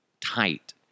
tight